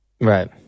right